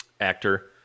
Actor